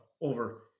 over